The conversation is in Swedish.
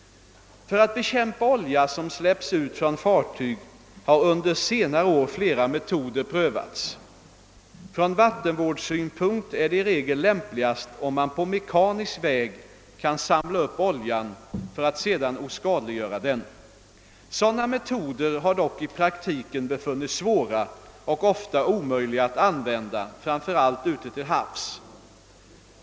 För att bekämpa olja som släppts ut från fartyg har under senare år flera metoder prövats. Från vattenvårdssynpunkt är det i regel lämpligast om man på mekanisk väg kan samla upp oljan för att sedan oskadliggöra den. Sådana metoder har dock i praktiken befunnits svåra och ofta omöjliga att använda framför allt ute till havs.